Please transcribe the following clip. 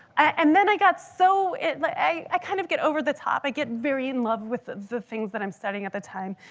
and then i got so, like i kind of get over the top. i get very in love with the things that i'm studying at the time.